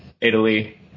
Italy